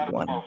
one